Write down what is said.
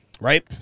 right